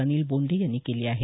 अनिल बोंडे यांनी केली आहे